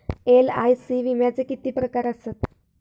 LIC विम्याचे किती प्रकार आसत?